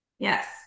Yes